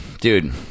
Dude